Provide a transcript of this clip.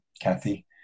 Kathy